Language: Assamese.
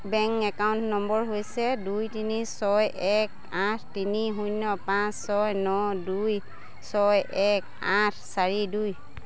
বেংক একাউণ্ট নম্বৰ হৈছে দুই তিনি ছয় এক আঠ তিনি শূন্য পাঁচ ছয় ন দুই ছয় এক আঠ চাৰি দুই